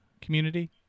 community